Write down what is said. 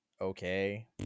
okay